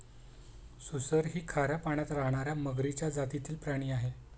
सुसर ही खाऱ्या पाण्यात राहणार्या मगरीच्या जातीतील प्राणी आहे